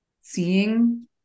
seeing